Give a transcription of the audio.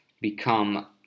become